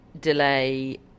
delay